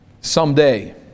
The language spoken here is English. Someday